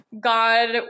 God